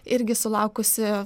irgi sulaukusi